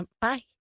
Bye